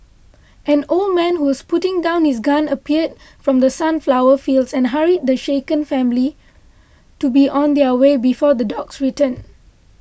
an old man who was putting down his gun appeared from the sunflower fields and hurried the shaken family to be on their way before the dogs return